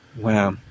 Wow